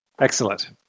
Excellent